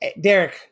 Derek